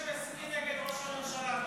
נגד ראש הממשלה.